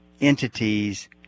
entities